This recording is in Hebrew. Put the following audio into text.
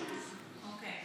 אוקיי.